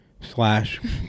slash